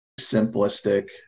Simplistic